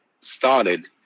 started